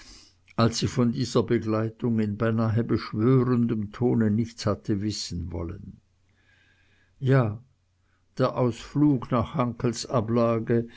als sie von dieser begleitung in beinahe beschwörendem tone nichts hatte wissen wollen ja der ausflug nach hankels ablage